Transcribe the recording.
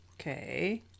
Okay